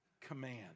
command